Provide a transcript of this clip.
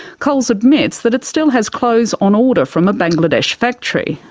coles admits that it still has clothes on order from a bangladesh factory.